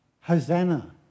Hosanna